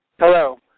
Hello